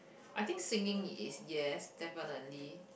I think singing is yes definitely